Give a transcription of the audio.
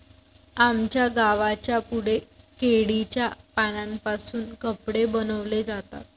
आमच्या गावाच्या पुढे केळीच्या पानांपासून कपडे बनवले जातात